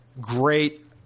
Great